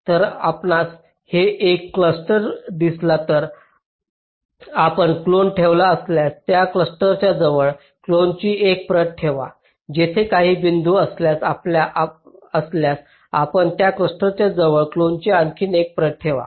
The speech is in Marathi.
जर आपणास तेथे एक क्लस्टर दिसला तर आपण क्लोन ठेवला असल्यास त्या क्लस्टरच्या जवळ क्लोनची एक प्रत ठेवा तेथे काही इतर बिंदू जात असल्यास आपण त्या क्लस्टरच्या जवळ क्लोनची आणखी एक प्रत ठेवा